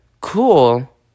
cool